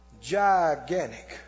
Gigantic